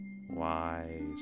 wise